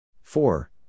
four